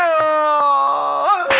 aa